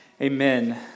Amen